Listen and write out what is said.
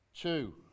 Two